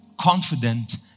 confident